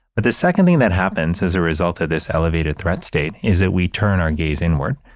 but the second thing that happens as a result of this elevated threat state is that we turn our gaze inward.